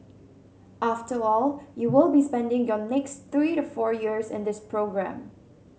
after all you will be spending your next three to four years in this programme